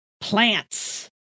plants